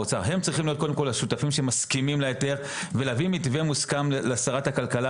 יש הרבה מאוד דברים שהם דברים עקרוניים שאנחנו לא מסכימים להם בכל תוקף,